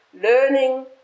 learning